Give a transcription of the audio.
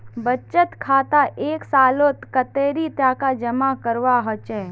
बचत खातात एक सालोत कतेरी टका जमा करवा होचए?